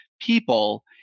people